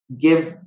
give